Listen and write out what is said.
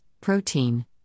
protein